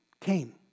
Came